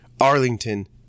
Arlington